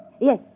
Yes